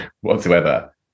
whatsoever